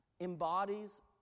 embodies